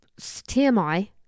TMI